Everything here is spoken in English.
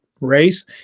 race